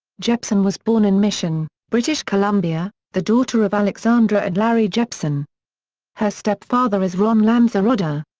jepsen was born in mission, british columbia, the daughter of alexandra and larry jepsen her stepfather is ron lanzarotta.